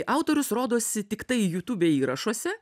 autorius rodosi tiktai youtube įrašuose